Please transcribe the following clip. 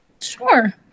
Sure